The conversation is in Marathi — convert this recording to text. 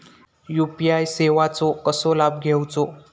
यू.पी.आय सेवाचो कसो लाभ घेवचो?